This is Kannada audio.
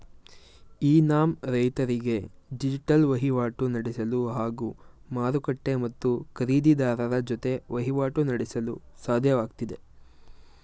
ಇ ನಾಮ್ ರೈತರಿಗೆ ಡಿಜಿಟಲ್ ವಹಿವಾಟು ನಡೆಸಲು ಹಾಗೂ ಮಾರುಕಟ್ಟೆ ಮತ್ತು ಖರೀದಿರಾರರ ಜೊತೆ ವಹಿವಾಟು ನಡೆಸಲು ಸಾಧ್ಯವಾಗ್ತಿದೆ